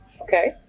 Okay